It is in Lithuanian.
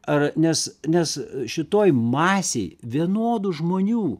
ar nes nes šitoj masėj vienodų žmonių